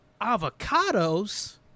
Avocados